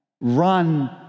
Run